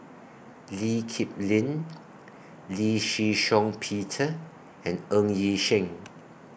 Lee Kip Lin Lee Shih Shiong Peter and Ng Yi Sheng